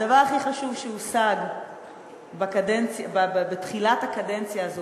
הדבר הכי חשוב שהושג בתחילת הקדנציה הזאת,